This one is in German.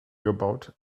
gebaut